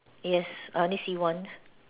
yes I only see one